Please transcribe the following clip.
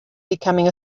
becoming